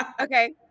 Okay